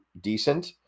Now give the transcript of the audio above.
decent